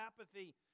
apathy